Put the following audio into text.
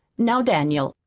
now, daniel,